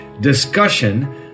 discussion